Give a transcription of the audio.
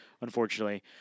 unfortunately